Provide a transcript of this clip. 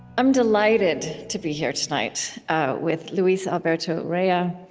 i'm delighted to be here tonight with luis alberto urrea.